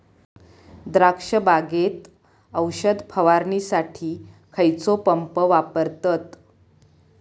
द्राक्ष बागेत औषध फवारणीसाठी खैयचो पंप वापरतत?